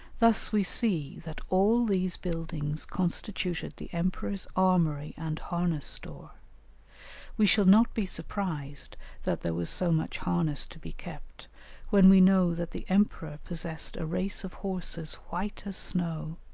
thus we see that all these buildings constituted the emperor's armoury and harness-store we shall not be surprised that there was so much harness to be kept when we know that the emperor possessed a race of horses white as snow,